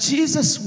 Jesus